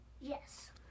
Yes